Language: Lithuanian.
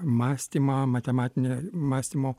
mąstymą matematinį mąstymo